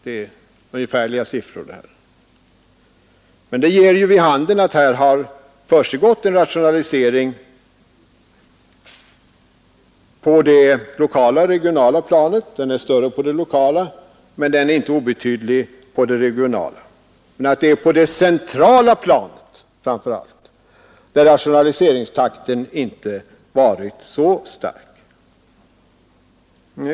Det är ungefärliga siffror, men de ger vid handen att här har försiggått en rationalisering på det lokala och regionala planet — den är större på det lokala planet, men den är inte obetydlig på det regionala planet — och att det framför allt är på det centrala planet som rationaliseringstakten inte varit så hög.